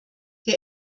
der